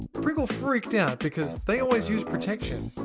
pringle freaked out because they always used protection.